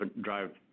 drive